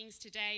today